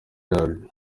yabyo